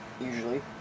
usually